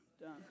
Done